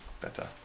better